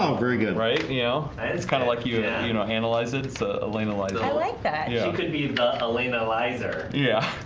um very good right. you know it's kind of like you and you know analyze it. it's a elena life like yeah could be elena wiser yeah